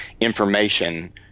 information –